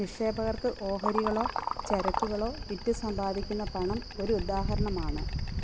നിക്ഷേപകർക്ക് ഓഹരികളോ ചരക്കുകളോ വിറ്റ് സമ്പാദിക്കുന്ന പണം ഒരു ഉദാഹരണമാണ്